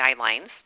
guidelines